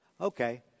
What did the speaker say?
Okay